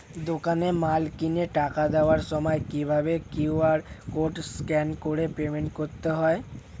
দোকানে মাল কিনে টাকা দেওয়ার সময় কিভাবে কিউ.আর কোড স্ক্যান করে পেমেন্ট করতে হয়?